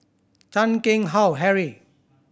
Chan Keng Howe Harry